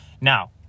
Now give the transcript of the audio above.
Now